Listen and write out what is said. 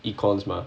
economics mah